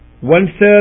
one-third